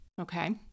Okay